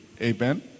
amen